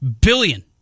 billion-